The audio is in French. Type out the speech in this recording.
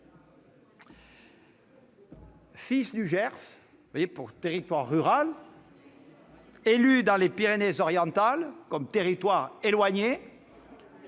Fils du Gers- un territoire rural -, élu dans les Pyrénées orientales- un territoire éloigné